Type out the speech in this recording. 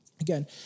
Again